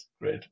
great